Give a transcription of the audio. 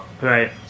Right